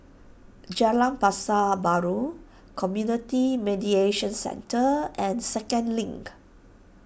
Jalan Pasar Baru Community Mediation Centre and Second Link